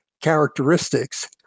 characteristics